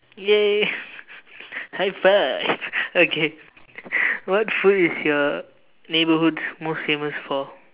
!yay! high five okay what food is your neighborhood most famous for